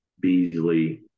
Beasley